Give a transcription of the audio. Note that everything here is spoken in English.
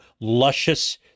luscious